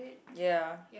ya